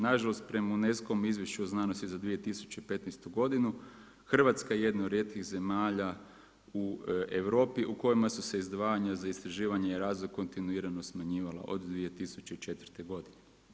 Nažalost prema UNESCO izvješću o znanosti za 2015. godinu, Hrvatska je jedna od rijetkih zemalja u Europi u kojima su se izdvajanja za istraživanja i razvoj kontinuirano smanjivala od 2004. godine.